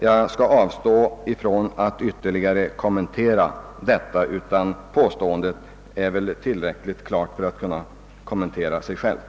Jag avstår från att ytterligare kommentera påståendet; ställt mot våra förslag kommenterar det sig självt.